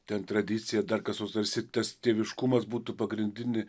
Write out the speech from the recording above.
ten tradicija dar kas nors tarsi tas tėviškumas būtų pagrindinė